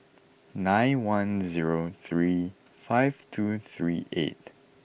nine one zero three five two three eight